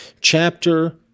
Chapter